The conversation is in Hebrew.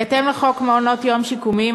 בהתאם לחוק מעונות-יום שיקומיים,